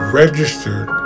registered